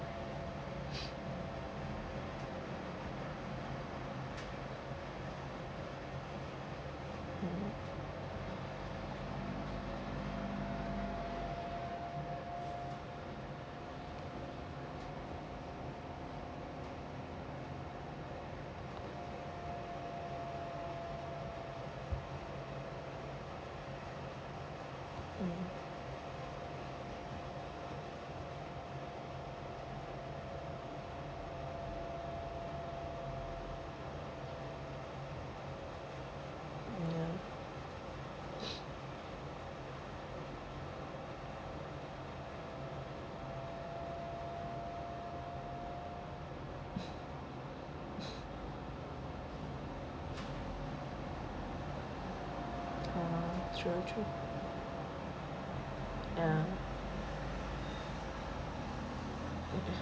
mm mm ya !wah! true true ya